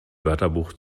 wörterbuch